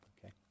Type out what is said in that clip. Okay